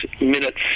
minutes